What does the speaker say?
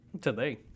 today